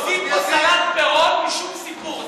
לא לא, אתם עושים פה סלט פירות משום סיפור.